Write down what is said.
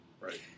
right